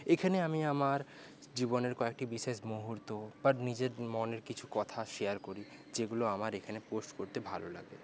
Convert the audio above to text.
এখানে আমি আমার জীবনের কয়েকটি বিশেষ মুহূর্ত বা নিজের মনের কিছু কথা শেয়ার করি যেগুলো আমার এখানে পোস্ট করতে ভালো লাগে